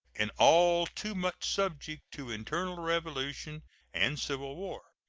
and all too much subject to internal revolution and civil war,